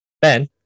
Ben